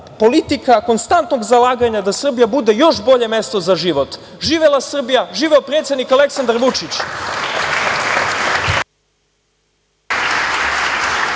politika konstantnog zalaganja da Srbija bude još bolje mesto za život. Živela Srbija! Živeo predsednik Aleksandar Vučić!